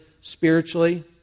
spiritually